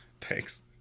Thanks